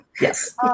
Yes